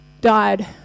died